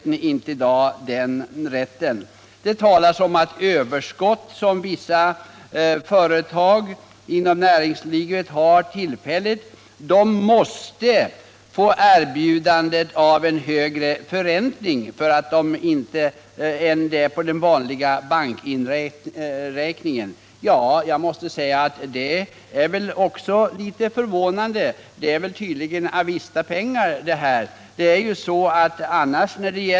Det talas i svaret om att bankerna — för att de skall få ta hand om de tillfälliga överskott av likvida medel som vissa företag inom näringslivet har — ”måste” erbjuda en högre förräntning än den som kan erhållas på vanliga bankräkningar. Det är också litet förvånande. Det är tydligen avistapengar.